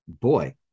boy